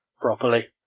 properly